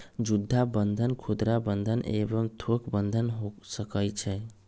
जुद्ध बन्धन खुदरा बंधन एवं थोक बन्धन हो सकइ छइ